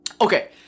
Okay